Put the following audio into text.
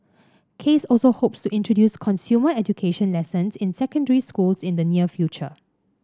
case also hopes to introduce consumer education lessons in secondary schools in the near future